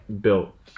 built